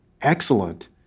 excellent